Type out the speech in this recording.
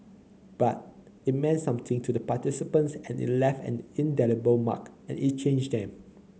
but it meant something to the participants and it left an indelible mark and it changed them